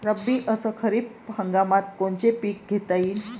रब्बी अस खरीप हंगामात कोनचे पिकं घेता येईन?